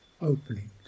opening